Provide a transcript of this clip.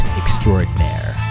extraordinaire